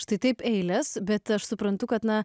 štai taip eilės bet aš suprantu kad na